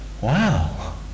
wow